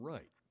Right